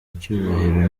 icyubahiro